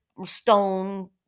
stone